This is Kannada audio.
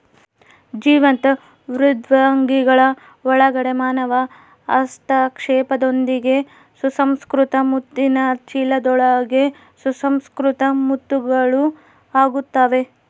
ಜೀವಂತ ಮೃದ್ವಂಗಿಗಳ ಒಳಗಡೆ ಮಾನವ ಹಸ್ತಕ್ಷೇಪದೊಂದಿಗೆ ಸುಸಂಸ್ಕೃತ ಮುತ್ತಿನ ಚೀಲದೊಳಗೆ ಸುಸಂಸ್ಕೃತ ಮುತ್ತುಗಳು ಆಗುತ್ತವೆ